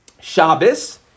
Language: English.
Shabbos